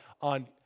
on